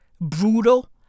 brutal